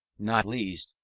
not least,